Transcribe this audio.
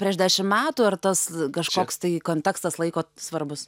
prieš dešim metų ar tas kažkoks tai kontekstas laiko svarbus